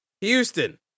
Houston